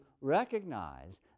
recognize